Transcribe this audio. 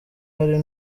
hari